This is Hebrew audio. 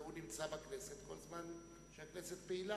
והוא נמצא בכנסת כל זמן שהכנסת פעילה.